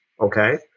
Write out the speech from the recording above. Okay